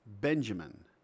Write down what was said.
benjamin